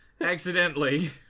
accidentally